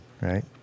right